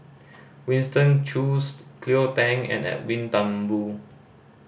Winston Choos Cleo Thang and Edwin Thumboo